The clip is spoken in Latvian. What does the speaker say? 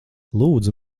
lūdzu